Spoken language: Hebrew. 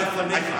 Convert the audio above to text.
אבל לפניך.